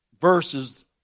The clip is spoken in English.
verses